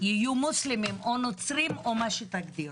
יהיו מוסלמים או נוצרים, מה שתגדירו.